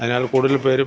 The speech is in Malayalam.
അതിനാൽ കൂടുതൽ പേരും